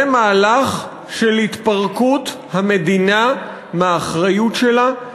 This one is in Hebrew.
זה מהלך של התפרקות המדינה מהאחריות שלה,